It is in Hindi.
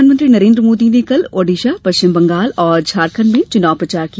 प्रधानमंत्री नरेन्द्र मोदी ने कल ओडिशा पश्चिम बंगाल और झारखंड में चुनाव प्रचार किया